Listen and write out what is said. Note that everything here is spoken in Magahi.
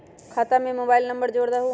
खाता में मोबाइल नंबर जोड़ दहु?